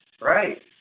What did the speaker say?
right